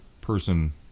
person